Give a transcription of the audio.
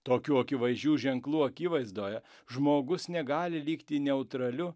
tokių akivaizdžių ženklų akivaizdoje žmogus negali likti neutraliu